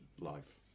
life